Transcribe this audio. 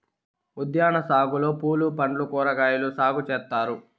ఉద్యాన సాగులో పూలు పండ్లు కూరగాయలు సాగు చేత్తారు